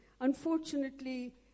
Unfortunately